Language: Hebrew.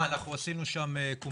מה אנחנו עשינו שם "קומבייה"?